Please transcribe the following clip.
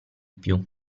più